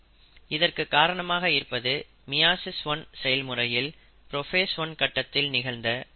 இதற்கு காரணமாக இருப்பது மியாசிஸ் 1 செயல்முறையில் புரோஃபேஸ் 1 கட்டத்தில் நிகழ்ந்த கிராஸ்ஓவர்